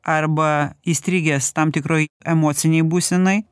arba įstrigęs tam tikroj emocinėj būsenoj